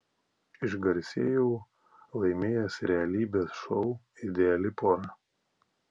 išgarsėjau laimėjęs realybės šou ideali pora